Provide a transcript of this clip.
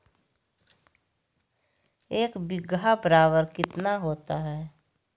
एक बीघा बराबर कितना होता है?